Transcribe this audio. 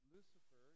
Lucifer